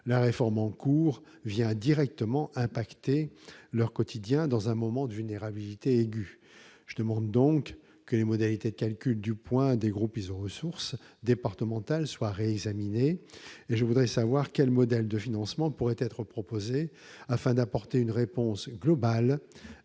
La réforme en cours vient directement affecter leur quotidien dans un moment de vulnérabilité aiguë. Je demande donc que les modalités de calcul du point des groupes iso-ressources soient réexaminées, et je voudrais savoir quel modèle de financement pourrait être proposé afin d'apporter une réponse globale